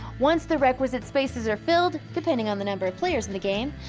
once the requisite spaces are filled, depending on the number of players in the game,